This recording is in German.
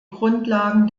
grundlagen